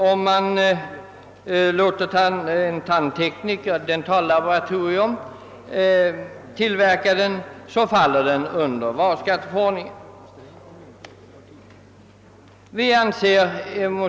Om man låter en tandtekniker på ett dentallaboratorium tillverka den, faller den däremot under varuskatteförordningen.